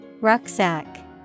Rucksack